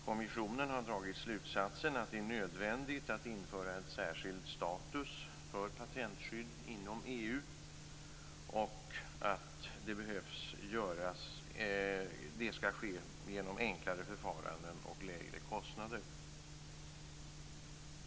Kommissionen har dragit slutsatsen att det är nödvändigt att införa en särskild status för patentskydd inom EU och att det skall ske genom enklare förfaranden och lägre kostnader.